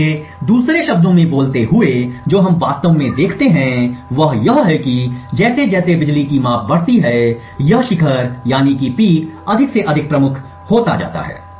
इसलिए दूसरे शब्दों में बोलते हुए जो हम वास्तव में देखते हैं वह यह है कि जैसे जैसे बिजली की माप बढ़ती है यह शिखर अधिक से अधिक प्रमुख होता जाता है